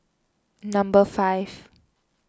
number five